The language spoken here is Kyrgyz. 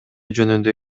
жөнүндө